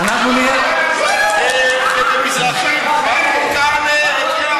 ובמזרחית: מברוכ עליכ, יא עריס.